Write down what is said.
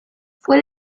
fue